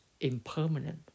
impermanent